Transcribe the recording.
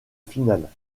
finale